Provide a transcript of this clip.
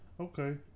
Okay